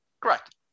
Correct